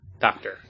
doctor